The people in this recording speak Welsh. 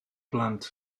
blant